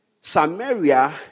Samaria